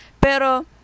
Pero